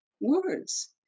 words